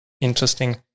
Interesting